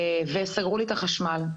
סגרו לי את החשמל.